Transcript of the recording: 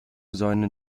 seinen